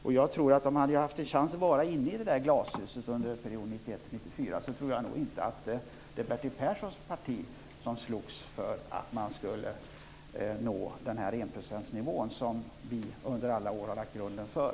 Om jag hade haft en chans att vara inne i detta glashus under perioden 1991-1994 tror jag nog inte att det var Bertil Perssons parti som slogs för att man skulle nå denna enprocentsnivå som vi under alla år har lagt grunden för.